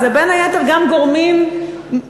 זה בין היתר גם גורמים ממסדיים,